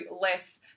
less